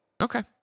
Okay